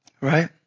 right